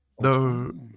no